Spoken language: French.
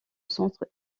centre